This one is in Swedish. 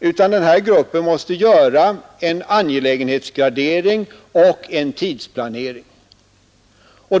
utan gruppen måste göra en angelägenhetsgradering och en tidsplanering.